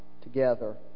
together